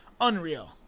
unreal